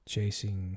Chasing